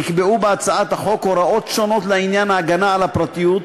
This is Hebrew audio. נקבעו בהצעת החוק הוראות שונות לעניין ההגנה על הפרטיות,